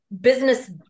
business